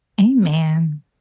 Amen